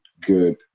good